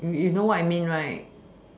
you you know I mean right